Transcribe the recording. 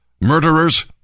murderers